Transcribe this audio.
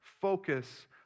Focus